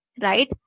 right